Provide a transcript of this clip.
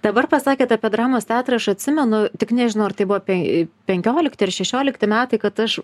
dabar pasakėte apie dramos teatrą aš atsimenu tik nežinau ar tai buvo apie penkiolikti ar šešiolikti metai kad aš